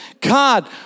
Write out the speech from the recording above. God